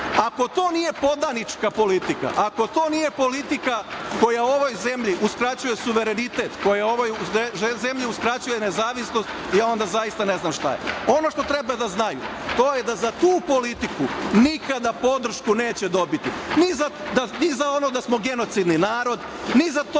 Ako to nije podanička politika, ako to nije politika koja u ovoj zemlji uskraćuje suverenitet, koja ovoj zemlji uskraćuje nezavisnost, ja onda zaista ne znam šta je. Ono što treba da znaju to je da za tu politiku nikada podršku neće dobiti, ni za ono da smo genocidni narod, ni za to